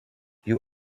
you